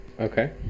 Okay